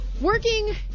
Working